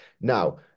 now